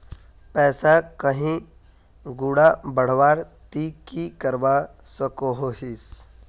पैसा कहीं गुणा बढ़वार ती की करवा सकोहिस?